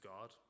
God